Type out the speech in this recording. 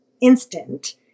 instant